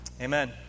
Amen